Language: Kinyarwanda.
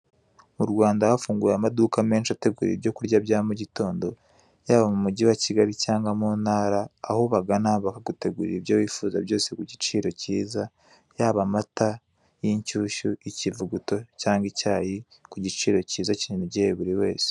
Mu Rwanda hafunguwe amaduka menshi ategura ibyo kurya bya mugitondo, yaba mu mugi wa Kigali cyangwa mu ntara, aho ubagana bakagutegurira ibyo wifuza byose ku giciro cyiza, yaba amata y'inshyushyu, ikivuguto cyangwa icyayi, ku giciro cyiza kigoneye buri wese.